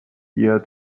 year